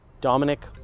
Dominic